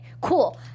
Cool